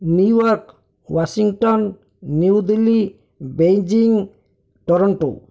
New York Washington New Delhi Beijing Toronto